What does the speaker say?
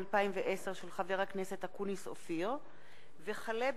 מאת חבר הכנסת אופיר אקוניס,